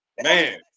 Man